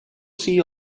see